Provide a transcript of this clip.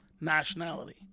nationality